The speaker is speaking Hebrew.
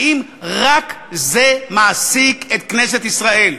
האם רק זה מעסיק את כנסת ישראל?